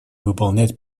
выполнять